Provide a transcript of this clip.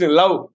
love